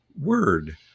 word